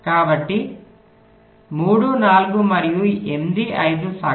కాబట్టి 3 4 మరియు 8 5 సగటు